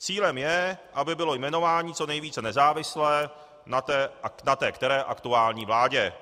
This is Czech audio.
Cílem je, aby bylo jmenování co nejvíce nezávislé na té které aktuální vládě.